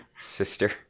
Sister